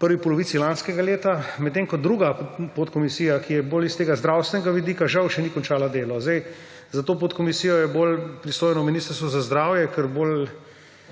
prvi polovici lanskega leta. Medtem ko druga podkomisija, ki je bolj s tega zdravstvenega vidika, žal še ni končala delo. Za to podkomisijo je bolj pristojno Ministrstvo za zdravje, ker bolj